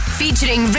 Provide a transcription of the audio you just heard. featuring